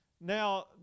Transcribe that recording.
now